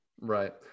right